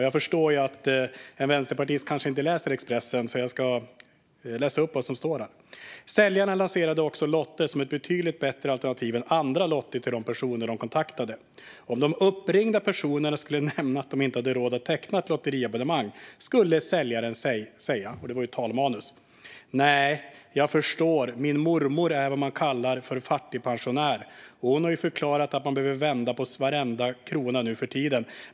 Jag förstår att en vänsterpartist kanske inte läser Expressen, så jag ska läsa upp vad som står där: Säljarna lanserade också lotter som ett betydligt bättre alternativ än andra lotter till de personer de kontaktade. Om de uppringda personerna skulle nämna att de inte hade råd att teckna ett lottabonnemang skulle säljaren, enligt talmanuset, säga: "Nej, jag förstår. Min mormor är vad man kallar för fattigpensionär, och hon har förklarat att man behöver vända på varenda krona nu för tiden.